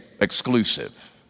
exclusive